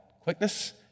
quickness